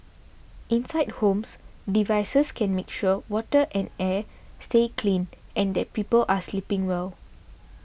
inside homes devices can make sure water and air stay clean and that people are sleeping well